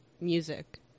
music